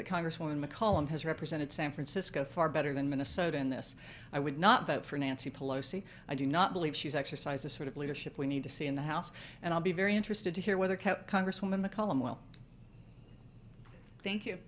that congresswoman mccollum has represented san francisco far better than minnesota in this i would not vote for nancy pelosi i do not believe she's exercised a sort of leadership we need to see in the house and i'll be very interested to hear whether kept congresswoman mccollum well thank you